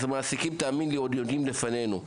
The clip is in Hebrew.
המעסיקים יודעים לפנינו.